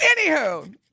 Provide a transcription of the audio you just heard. Anywho